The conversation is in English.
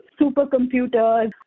supercomputers